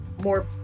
more